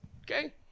Okay